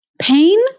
Pain